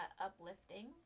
uplifting